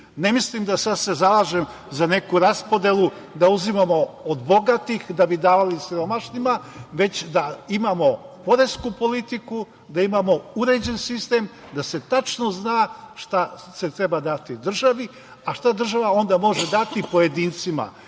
mislim da se sada zalažem za neku raspodelu, da uzimamo od bogatih da bi davali siromašnima, već da imamo poresku politiku, da imamo uređen sistem, da se tačno zna šta se treba dati državi, a šta država onda može dati pojedincima.